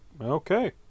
Okay